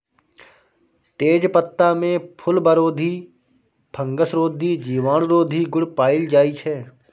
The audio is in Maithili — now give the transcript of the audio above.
तेजपत्तामे फुलबरोधी, फंगसरोधी, जीवाणुरोधी गुण पाएल जाइ छै